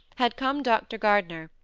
had come dr. gardner,